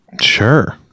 sure